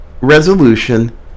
resolution